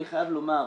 אני חייב לומר,